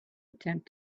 attempt